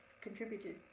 contributed